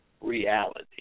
reality